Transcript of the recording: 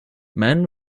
man